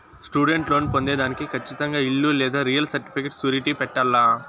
student loan పొందేదానికి కచ్చితంగా ఇల్లు లేదా రియల్ సర్టిఫికేట్ సూరిటీ పెట్టాల్ల